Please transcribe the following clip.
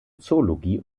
zoologie